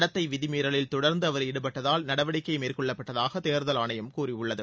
நடத்தை விதி மீறலில் தொடர்ந்து அவர் ஈடுபட்டதால் நடவடிக்கை மேற்கொள்ளப்பட்டதாக தேர்தல் ஆணையம் கூறியுள்ளது